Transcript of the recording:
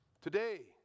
Today